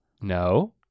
No